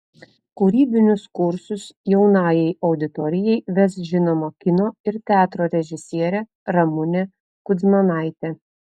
kūrybinius kursus jaunajai auditorijai ves žinoma kino ir teatro režisierė ramunė kudzmanaitė